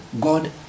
God